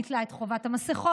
ביטלה את חובת המסכות,